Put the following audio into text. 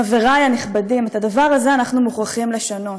חברי הנכבדים, את הדבר הזה אנחנו מוכרחים לשנות.